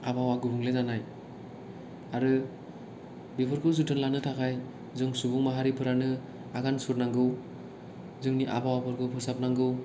आबहावा गुबुंले जानाय आरो बेफोरखौ जोथोन लानो थाखाय जों सुबुं माहारिफ्रानो आगान सुरनांगौ जोंनि आबहावाफोरखौ फोसाबनांगौ